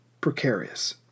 precarious